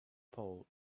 pole